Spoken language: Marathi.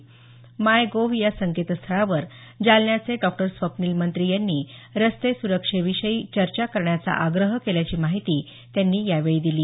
माय गोव्ह या संकेतस्थळावर जालन्याचे डॉक्टर स्वप्नील मंत्री यांनी रस्ते सुरक्षे विषयी चर्चा करण्याचा आग्रह केल्याची माहिती त्यांनी यावेळी दिली